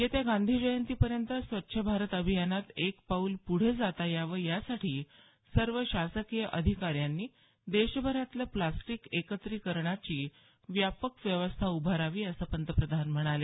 येत्या गांधी जयंतीपर्यंत स्वच्छ भारत अभियानात एक पाऊल पुढे जाता यावं यासाठी सर्व शासकीय अधिकाऱ्यांनी देशभरातलं प्लास्टिक एकत्रीकरणाची व्यापक व्यवस्था उभारावी असं पंतप्रधान म्हणाले